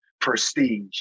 prestige